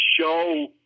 show